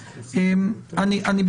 אני,